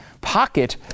pocket